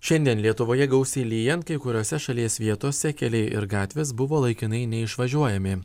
šiandien lietuvoje gausiai lyjant kai kuriose šalies vietose keliai ir gatvės buvo laikinai neišvažiuojami